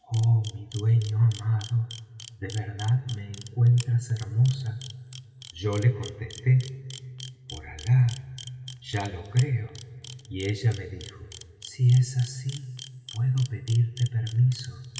mi dueño amado de veras me encuentras hermosa yo le contesté por alah ya lo creo y ella me dijo si es así puedo pedirte permiso